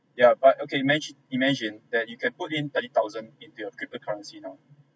yeah but okay imagine imagine that you can put in thirty thousand into your cryptocurrency now